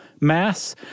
mass